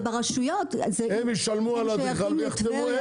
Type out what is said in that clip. זה ברשויות - אלה שייכים לטבריה,